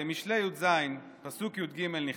במשלי י"ז, פסוק י"ג, נכתב: